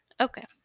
Okay